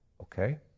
okay